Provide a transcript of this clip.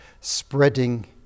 spreading